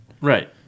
Right